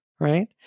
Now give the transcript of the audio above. Right